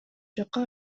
жакка